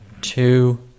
two